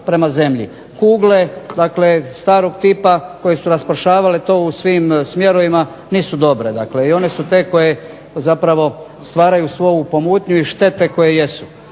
prema zemlji. Kugle dakle starog tipa koje su raspršavale to u svim smjerovima nisu dobre i one su te koje zapravo stvaraju svu ovu pomutnju i štete koje jesu.